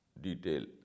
detail